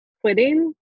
quitting